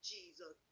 Jesus